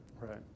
Right